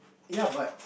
ya but